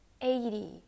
eighty